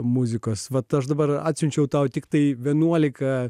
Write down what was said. muzikos vat aš dabar atsiunčiau tau tiktai vienuolika